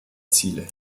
ziele